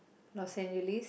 Los Angeles